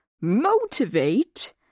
Motivate